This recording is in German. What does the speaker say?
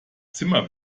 zimmer